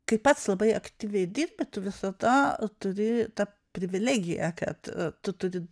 kai pats labai aktyviai dirbi tu visada turi tą privilegiją kad tu turi